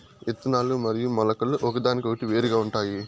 ఇత్తనాలు మరియు మొలకలు ఒకదానికొకటి వేరుగా ఉంటాయి